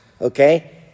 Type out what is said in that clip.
okay